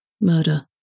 murder